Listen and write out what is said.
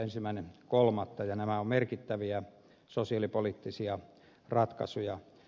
nämä ovat merkittäviä sosiaalipoliittisia ratkaisuja